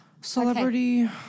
Celebrity